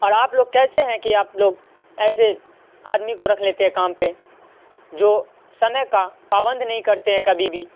اور آپ لوگ کیسے ہیں کہ آپ لوگ ایسے آدمی کو رکھ لیتے ہیں کام پہ جو سمے کا پابند نہیں کرتے ہیں کبھی بھی